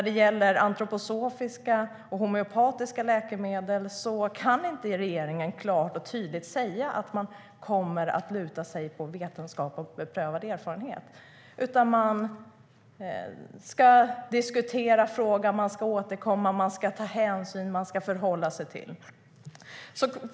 Beträffande antroposofiska och homeopatiska läkemedel kan regeringen inte klart och tydligt säga att man kommer att luta sig på vetenskap och beprövad erfarenhet. Man ska diskutera frågan, återkomma, ta hänsyn och förhålla sig till olika saker.